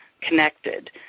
connected